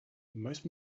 most